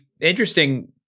interesting